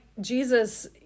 Jesus